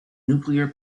nuclear